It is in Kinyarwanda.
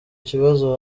kibazo